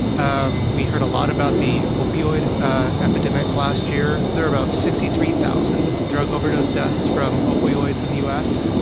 um we heard a lot about the opioid epidemic last year. there were about sixty three thousand drug overdose deaths from opioids in the u s,